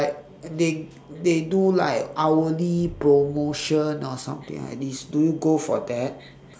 like they they do like hourly promotion or something like this do you go for that